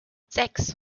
sechs